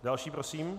Další prosím.